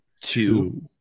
Two